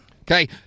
Okay